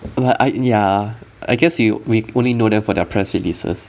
ya I yi~ ya I guess you we only know them for their press releases